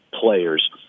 players